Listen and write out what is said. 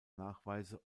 nachweise